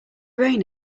rain